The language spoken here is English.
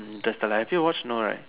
interstellar have you watched no right